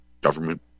government